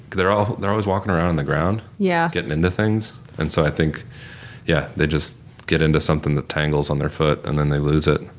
they're ah they're always walking around on the ground yeah getting into things and so i think yeah they just get into something that tangles on their foot and then they lose it.